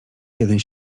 jeden